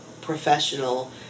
professional